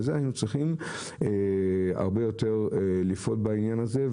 וזה היינו צריכים הרבה יותר לפעול בעניין הזה,